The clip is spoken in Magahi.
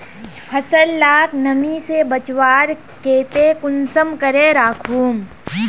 फसल लाक नमी से बचवार केते कुंसम करे राखुम?